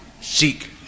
seek